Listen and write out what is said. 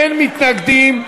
אין מתנגדים,